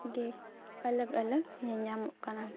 ᱜᱮ ᱟᱞᱟᱜᱽᱼᱟᱞᱟᱜᱽ ᱧᱮᱧ ᱧᱟᱢᱚᱜ ᱠᱟᱱᱟ